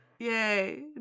Yay